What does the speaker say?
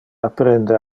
apprende